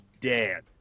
dead